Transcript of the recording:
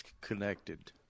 connected